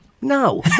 No